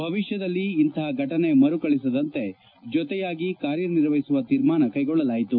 ಭವಿಷ್ಣದಲ್ಲಿ ಇಂತಹ ಫಟನೆ ಮರುಕಳಿಸದಂತೆ ಜೊತೆಯಾಗಿ ಕಾರ್ಯ ನಿರ್ವಹಿಸುವ ತೀರ್ಮಾನ ಕೈಗೊಳ್ಳಲಾಯಿತು